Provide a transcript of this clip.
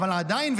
אבל עדיין,